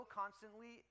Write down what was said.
constantly